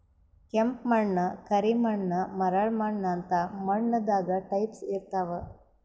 ಕೆಂಪ್ ಮಣ್ಣ್, ಕರಿ ಮಣ್ಣ್, ಮರಳ್ ಮಣ್ಣ್ ಅಂತ್ ಮಣ್ಣ್ ದಾಗ್ ಟೈಪ್ಸ್ ಇರ್ತವ್